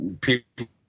people